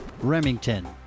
Remington